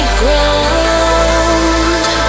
ground